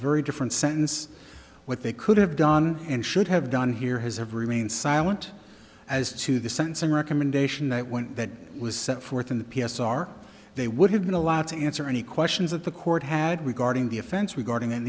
very different sentence what they could have done and should have done here has have remained silent as to the sentencing recommendation that when that was set forth in the p s r they would have been allowed to answer any questions that the court had regarding the offense regarding